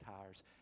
tires